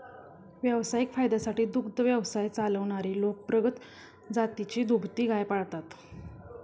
व्यावसायिक फायद्यासाठी दुग्ध व्यवसाय चालवणारे लोक प्रगत जातीची दुभती गाय पाळतात